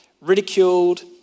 ridiculed